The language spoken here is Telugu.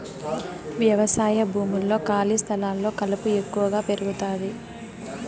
వ్యవసాయ భూముల్లో, ఖాళీ స్థలాల్లో కలుపు ఎక్కువగా పెరుగుతాది